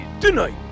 tonight